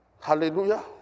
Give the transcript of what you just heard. Hallelujah